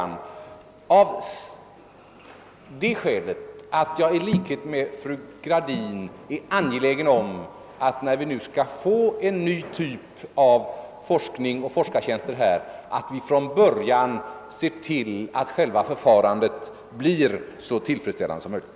När vi nu skall få en ny typ av forskning och forskartjänster, är jag i likhet med fru Gradin mycket angelägen om att vi från början ser till att själva tillsättningsförfarandet blir så tillfredsställande som möjligt.